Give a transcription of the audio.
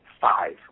five